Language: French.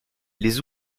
les